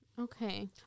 Okay